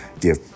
give